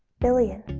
billion.